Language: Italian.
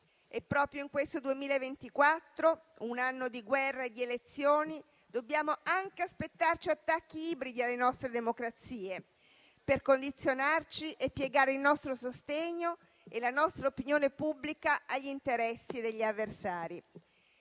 Proprio in questo 2024, un anno di guerra e di elezioni, dobbiamo anche aspettarci attacchi ibridi alle nostre democrazie per condizionarci e piegare il nostro sostegno e la nostra opinione pubblica agli interessi degli avversari.